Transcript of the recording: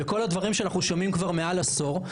וכל הדברים שאנחנו שומעים כבר מעל עשור.